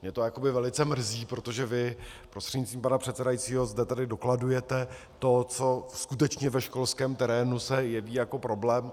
Mě to jakoby velice mrzí, protože vy prostřednictvím pana předsedajícího zde tedy dokladujete to, co skutečně ve školském terénu se jeví jako problém.